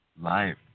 life